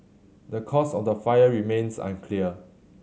the cause of the fire remains unclear